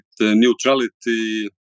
neutrality